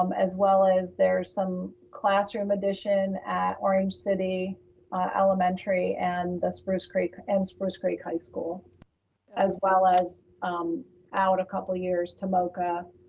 um as well as there's some classroom addition at orange city elementary and the spruce creek and spruce creek high school as well as um out a couple of years tomoka